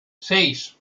seis